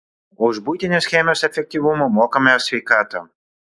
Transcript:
už buitinės chemijos efektyvumą mokame sveikata